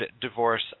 divorce